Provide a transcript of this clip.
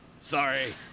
sorry